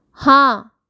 हाँ